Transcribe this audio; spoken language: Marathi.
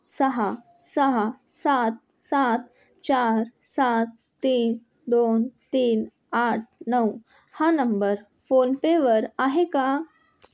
सहा सहा सात सात चार सात तीन दोन तीन आठ नऊ हा नंबर फोनपेवर आहे का